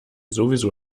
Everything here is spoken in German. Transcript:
sowieso